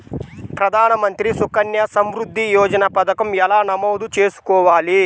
ప్రధాన మంత్రి సుకన్య సంవృద్ధి యోజన పథకం ఎలా నమోదు చేసుకోవాలీ?